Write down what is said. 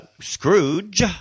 Scrooge